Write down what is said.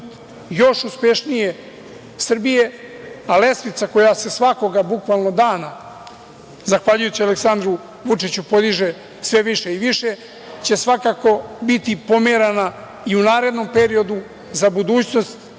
još uspešnije Srbije, a lestvica koja se svakoga, bukvalno, dana, zahvaljujući Aleksandru Vučiću podiže sve više i više, će svakako biti pomerana i u narednom periodu za budućnost